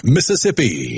Mississippi